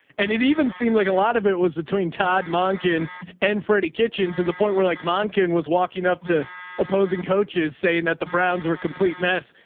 and it even seemed like a lot of it was between todd monkin and freddie kitchens to the point where like mankin was walking up to opposing coaches saying that the browns were complete mess.